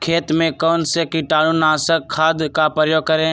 खेत में कौन से कीटाणु नाशक खाद का प्रयोग करें?